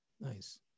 Nice